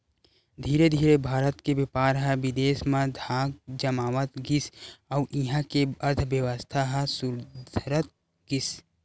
धीरे धीरे भारत के बेपार ह बिदेस म धाक जमावत गिस अउ इहां के अर्थबेवस्था ह सुधरत गिस